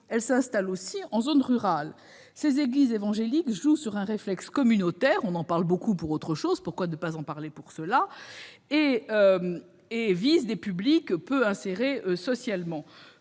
elles s'installent aussi en zone rurale. Ces églises évangéliques jouent sur un réflexe communautaire- nous en parlons beaucoup sur d'autres sujets, pourquoi pas sur celui-ci -et visent des publics peu insérés socialement.